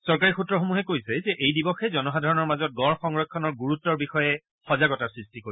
চৰকাৰী সূত্ৰসমূহে কৈছে যে এই দিৱসে জনসাধাৰণৰ মাজত গঁড় সংৰক্ষণৰ গুৰুত্বৰ বিষয়ে সজাগতা সৃষ্টি কৰিব